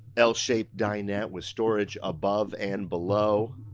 ah l-shaped dinette with storage above and below.